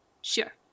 sure